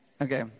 Okay